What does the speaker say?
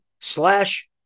slash